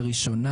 לראשונה,